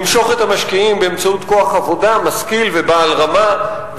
למשוך את המשקיעים באמצעות כוח עבודה משכיל ובעל רמה,